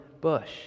bush